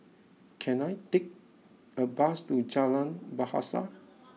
can I take a bus to Jalan Bahasa